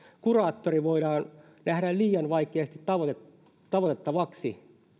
kuraattori voidaan nähdä liian vaikeasti tavoitettavaksi tavoitettavaksi